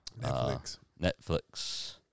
Netflix